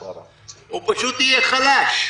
הוא פשוט יהיה חלש.